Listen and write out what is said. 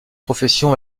profession